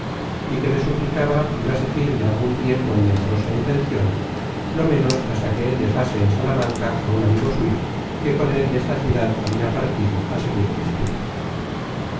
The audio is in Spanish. y que me suplicaba durase firme algun tiempo en mi amorosa intencion lo menos hasta que él dejase en salamanca á un amigo suyo que con él desta ciudad habia partido á seguir el estudio